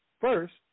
First